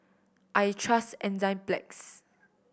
I trust Enzyplex